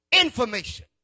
information